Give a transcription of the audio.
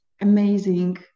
amazing